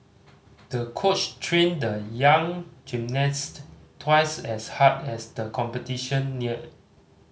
the coach trained the young gymnast twice as hard as the competition neared